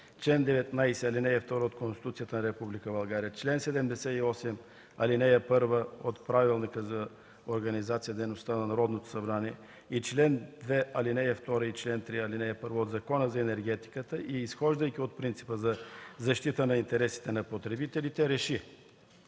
чл. 19, ал. 2 от Конституцията на Република България, чл. 78, ал. 1 от Правилника за организацията и дейността на Народното събрание и чл. 2, ал. 2 и чл. 3, ал. 1 от Закона за енергетиката и изхождайки от принципа за защита на интересите на потребителите РЕШИ: